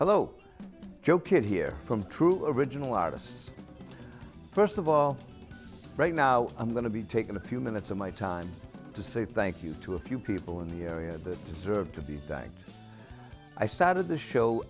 hello joe kid here from true original artists first of all right now i'm going to be taking a few minutes of my time to say thank you to a few people in the area that deserve to be day i started the show